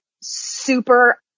super